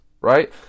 right